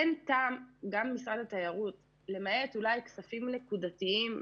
אין טעם, למעט אולי כספים נקודתיים,